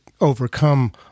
overcome